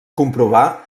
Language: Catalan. comprovar